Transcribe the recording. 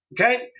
Okay